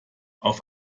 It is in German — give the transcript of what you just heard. auf